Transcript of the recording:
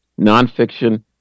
nonfiction